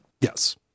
Yes